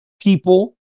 people